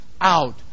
out